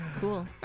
cool